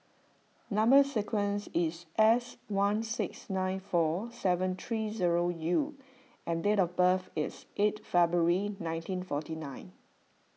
Number Sequence is S one six nine four seven three zero U and date of birth is eight February nineteen forty nine